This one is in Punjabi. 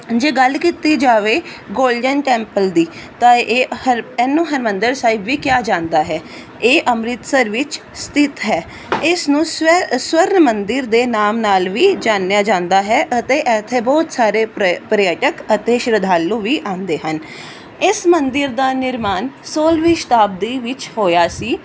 ਜੇ ਗੱਲ ਕੀਤੀ ਜਾਵੇ ਗੋਲਡਨ ਟੈਂਪਲ ਦੀ ਤਾਂ ਇਹ ਹਰ ਇਹਨੂੰ ਹਰਿਮੰਦਰ ਸਾਹਿਬ ਵੀ ਕਿਹਾ ਜਾਂਦਾ ਹੈ ਇਹ ਅੰਮ੍ਰਿਤਸਰ ਵਿੱਚ ਸਥਿਤ ਹੈ ਇਸ ਨੂੰ ਸਵੈ ਸਵਰਨ ਮੰਦਿਰ ਦੇ ਨਾਮ ਨਾਲ ਵੀ ਜਾਣਿਆ ਜਾਂਦਾ ਹੈ ਅਤੇ ਇੱਥੇ ਬਹੁਤ ਸਾਰੇ ਪਰ ਪਰਯਟਕ ਅਤੇ ਸ਼ਰਧਾਲੂ ਵੀ ਆਉਂਦੇ ਹਨ ਇਸ ਮੰਦਿਰ ਦਾ ਨਿਰਮਾਣ ਸੋਲ੍ਹਵੀਂ ਸ਼ਤਾਬਦੀ ਵਿੱਚ ਹੋਇਆ ਸੀ